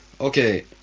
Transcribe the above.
okay